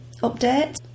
update